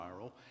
viral